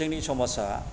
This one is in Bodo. जोंनि समाजा